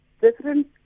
different